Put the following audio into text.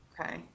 Okay